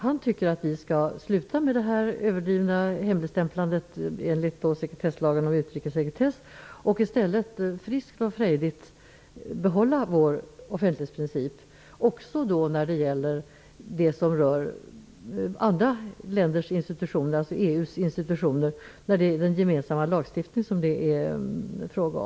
Han tycker att vi skall sluta med det överdrivna hemligstämplandet enligt lagen om utrikessekretess och i stället friskt och frejdigt behålla vår offentlighetsprincip också när det gäller EU:s institutioner i de fall det är fråga om gemensam lagstiftning.